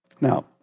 Now